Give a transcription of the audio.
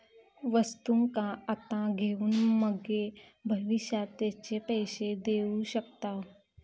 वस्तुंका आता घेऊन मगे भविष्यात तेचे पैशे देऊ शकताव